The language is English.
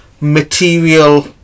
material